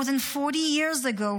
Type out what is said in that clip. "More than 40 years ago,